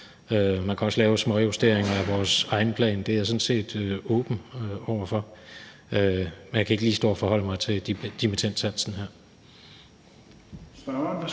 Man kan også lave småjusteringer af vores egen plan. Det er jeg sådan set åben over for. Jeg kan ikke lige stå og forholde mig til dimittendsatsen her.